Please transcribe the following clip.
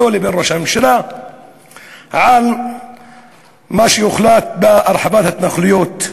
לבין ראש הממשלה על מה שהוחלט בהרחבת ההתנחלויות.